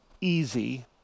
easy